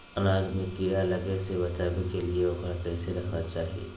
अनाज में कीड़ा लगे से बचावे के लिए, उकरा कैसे रखना चाही?